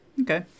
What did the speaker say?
Okay